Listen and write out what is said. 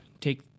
take